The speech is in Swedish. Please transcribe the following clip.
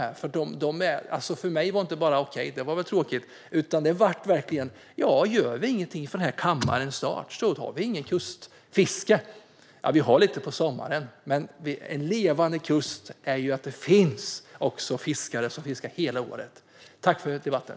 Jag sa inte bara till dem att det var tråkigt, utan vi kom fram till att om det inte görs någonting från denna kammare snart kommer det inte att finnas något kustfiske kvar. Det finns i och för sig lite på sommaren. Men en levande kust innebär att det också finns fiskare som fiskar hela året. Jag tackar för debatten.